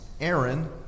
Aaron